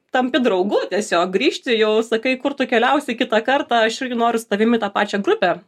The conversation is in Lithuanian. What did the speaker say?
tampi draugu tiesiog grįžti jau sakai kur tu keliausi kitą kartą aš irgi noriu su tavim į tą pačią grupę